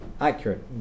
accurate